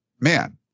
man